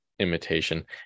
imitation